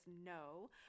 no